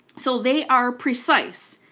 so they are precise.